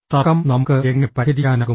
തർക്കം നമുക്ക് എങ്ങനെ പരിഹരിക്കാനാകും